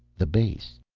the base?